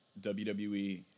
WWE